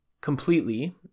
completely